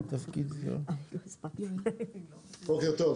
בוקר טוב.